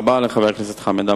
תודה רבה לחבר הכנסת חמד עמאר.